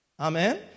Amen